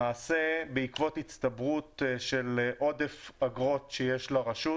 למעשה, בעקבות הצטברות של עודף אגרות שיש לרשות